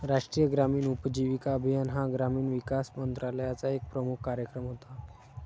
राष्ट्रीय ग्रामीण उपजीविका अभियान हा ग्रामीण विकास मंत्रालयाचा एक प्रमुख कार्यक्रम होता